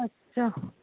अच्छा